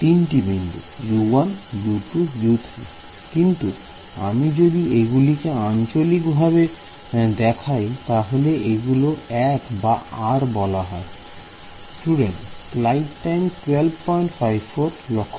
তিনটি বিন্দু U1 U2 U3 কিন্তু আমি যদি এগুলিকে আঞ্চলিক ভাবে দেখাই তাহলে এগুলো 1 বা r বলা যায়